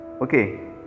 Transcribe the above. okay